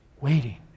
Waiting